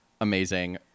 Amazing